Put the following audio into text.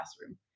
classroom